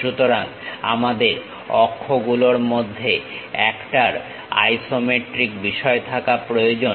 সুতরাংআমাদের অক্ষগুলোর মধ্যে একটার আইসোমেট্রিক বিষয় থাকা প্রয়োজন